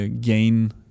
gain